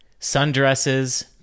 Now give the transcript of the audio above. sundresses